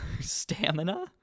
Stamina